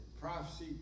prophecy